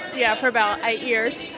yeah, for about eight years.